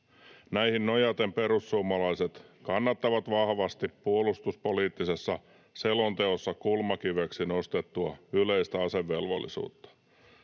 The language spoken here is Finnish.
Näihin nojaten perussuomalaiset kannattavat vahvasti puolustuspoliittisessa selonteossa kulmakiveksi nostettua yleistä asevelvollisuutta.